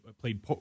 played